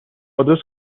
آدرس